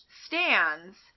stands